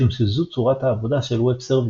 משום שזו צורת העבודה של Web Services.